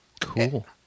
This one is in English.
Cool